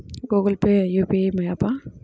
Google Pay UPI య్యాపా?